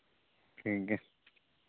ᱴᱷᱤᱠ ᱜᱮᱭᱟ